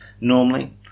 normally